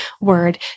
word